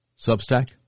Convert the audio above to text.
Substack